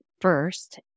first